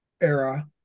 era